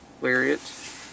Lariat